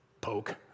Poke